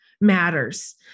matters